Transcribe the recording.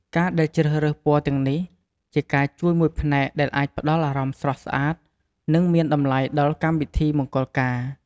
ការដែលជ្រើសរើសពណ៌ទាំងនេះ ជាការជួយមួយផ្នែកដែលអាចផ្តល់អារម្មណ៍ស្រស់ស្អាត និងមានតម្លៃដល់កម្មពិធីមង្គុលការ។